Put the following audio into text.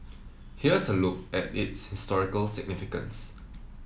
here's a look at its historical significance